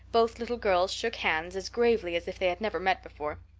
both little girls shook hands as gravely as if they had never met before.